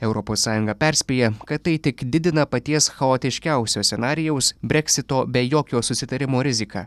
europos sąjunga perspėja kad tai tik didina paties chaotiškiausio scenarijaus breksito be jokio susitarimo riziką